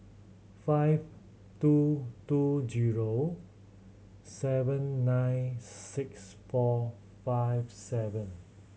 five two two zero seven nine six four five seven